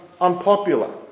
unpopular